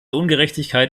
ungerechtigkeit